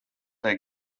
their